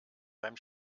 beim